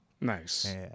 Nice